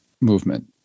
movement